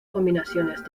combinaciones